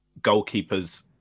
goalkeepers